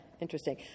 interesting